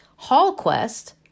Hallquest